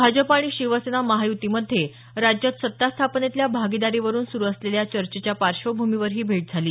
भाजप आणि शिवसेना महायुतीमध्ये राज्यात सत्तास्थापनेतल्या भागीदारीवरून सुरू असलेल्या चर्चेच्या पार्श्वभूमीवर ही भेट झाली